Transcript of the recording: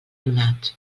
donat